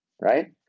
Right